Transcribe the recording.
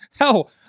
Hell